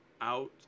Out